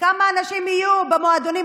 כמה אנשים יהיו במועדונים.